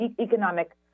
economic